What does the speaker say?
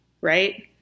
right